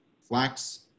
flax